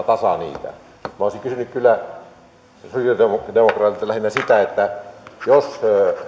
tasaa niitä minä olisin kysynyt kyllä sosialidemokraateilta lähinnä sitä että jos